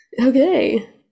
Okay